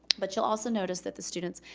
but you'll also notice that the students,